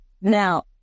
Now